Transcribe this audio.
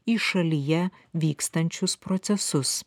į šalyje vykstančius procesus